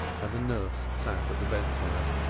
and a nurse sat at the bedside.